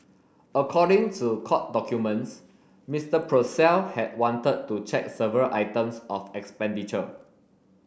according to court documents Mister Purcell had wanted to check several items of expenditure